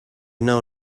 know